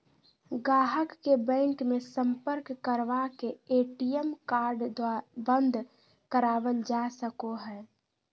गाहक के बैंक मे सम्पर्क करवा के ए.टी.एम कार्ड बंद करावल जा सको हय